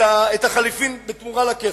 את החליפין בתמורה לכסף?